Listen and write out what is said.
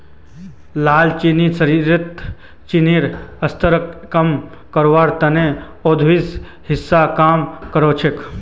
दालचीनी शरीरत चीनीर स्तरक कम करवार त न औषधिर हिस्सा काम कर छेक